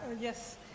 Yes